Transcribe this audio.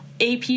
AP